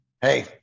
hey